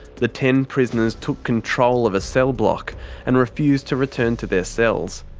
the ten prisoners took control of a cell block and refused to return to their cells.